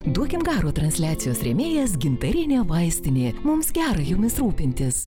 duokim garo transliacijos rėmėjas gintarinė vaistinė mums gera jumis rūpintis